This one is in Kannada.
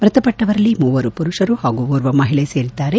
ಮೃತಪಟ್ಟವರಲ್ಲಿ ಮೂವರು ಮರುಷರು ಹಾಗೂ ಒರ್ವ ಮಹಿಳೆ ಸೇರಿದ್ದಾರೆ